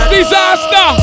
Disaster